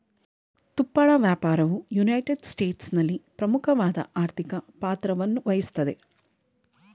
ತುಪ್ಪಳ ವ್ಯಾಪಾರವು ಯುನೈಟೆಡ್ ಸ್ಟೇಟ್ಸ್ನಲ್ಲಿ ಪ್ರಮುಖವಾದ ಆರ್ಥಿಕ ಪಾತ್ರವನ್ನುವಹಿಸ್ತದೆ